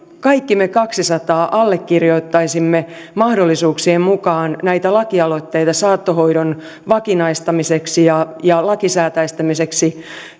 kaikki me kaksisataa allekirjoittaisimme mahdollisuuksien mukaan näitä lakialoitteita saattohoidon vakinaistamiseksi ja ja lakisääteistämiseksi